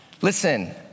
Listen